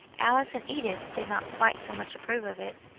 alice and edith did not quite so much approve of it,